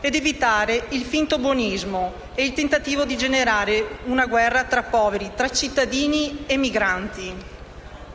ed evitare il finto buonismo e il tentativo di generare una guerra tra poveri, tra cittadini e migranti.